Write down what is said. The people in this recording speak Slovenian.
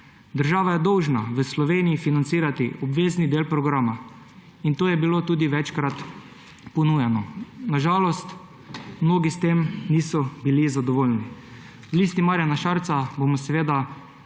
Država je dolžna v Sloveniji financirati obvezni del programa. To je bilo tudi večkrat ponujeno. Na žalost mnogi s tem niso bili zadovoljni. V Listi Marjana Šarca bomo seveda